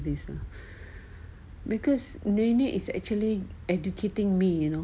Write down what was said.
this lah because nenek is actually educating me you know